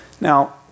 Now